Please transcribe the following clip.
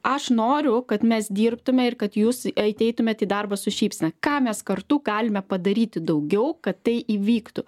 aš noriu kad mes dirbtume ir kad jūs eit eitumėt į darbą su šypsena ką mes kartu galime padaryti daugiau kad tai įvyktų